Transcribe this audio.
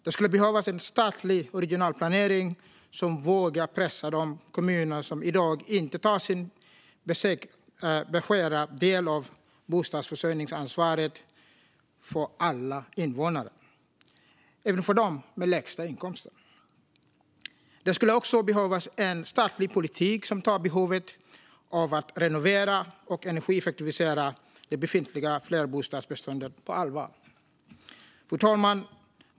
Det skulle behövas en statlig och regional planering som vågar pressa de kommuner som i dag inte tar sin beskärda del av bostadsförsörjningsansvaret för alla invånare, även för dem med lägst inkomst. Det skulle också behövas en statlig politik som tar behovet av att renovera och energieffektivisera det befintliga flerbostadsbeståndet på allvar. Fru talman!